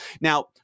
Now